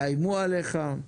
יאיימו עליך.